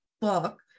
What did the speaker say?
book